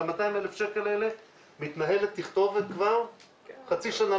על ה-200,000 מתנהלת תכתובת כבר לפחות חצי שנה,